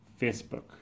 Facebook